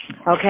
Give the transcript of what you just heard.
Okay